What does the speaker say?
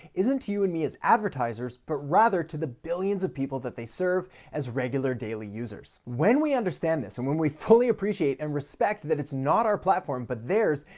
isn't you and me as advertisers, but rather to the billions of people that they serve as regular daily users. when we understand this and when we fully appreciate and respect that it's not our platform but theirs,